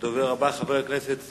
הכנסת אילן גילאון.